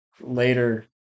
Later